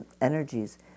energies